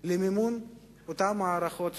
למימון אותן מערכות צבאיות,